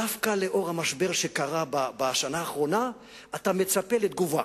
דווקא לאור המשבר שקרה בשנה האחרונה אתה מצפה לתגובה.